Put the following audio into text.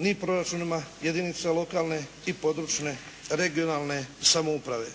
ni proračunima jedinicama lokalne i područne (regionalne) samouprave.